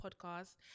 podcast